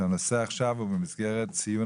הנושא שעל סדר היום הוא במסגרת ציון